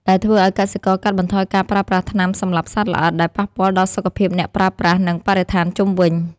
ដែលធ្វើឱ្យកសិករកាត់បន្ថយការប្រើប្រាស់ថ្នាំសម្លាប់សត្វល្អិត ដែលប៉ះពាល់ដល់សុខភាពអ្នកប្រើប្រាស់ និងបរិស្ថានជុំវិញ។